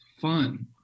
fun